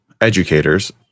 educators